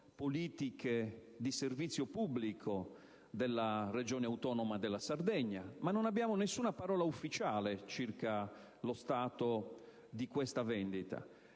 politiche di servizio pubblico della Regione autonoma della Sardegna ma non abbiamo nessuna parola ufficiale circa lo stato di questa vendita.